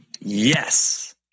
Yes